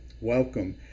Welcome